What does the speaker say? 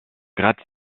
gratte